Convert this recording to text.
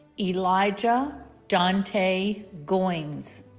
elijah dante goines